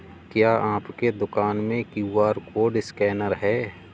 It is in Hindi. क्या आपके दुकान में क्यू.आर कोड स्कैनर है?